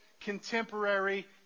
contemporary